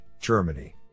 Germany